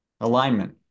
alignment